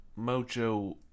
mojo